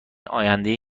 آیندهای